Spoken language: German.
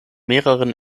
mehreren